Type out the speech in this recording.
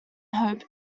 hope